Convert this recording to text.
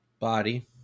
Body